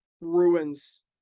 ruins